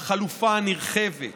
החלופה הנרחבת